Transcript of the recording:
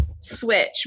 switch